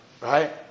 Right